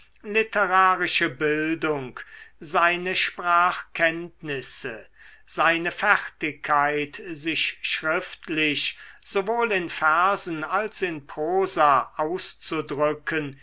literarische bildung seine sprachkenntnisse seine fertigkeit sich schriftlich sowohl in versen als in prosa auszudrücken